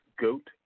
goat